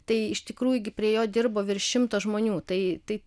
tai iš tikrųjų gi prie jo dirbo virš šimto žmonių tai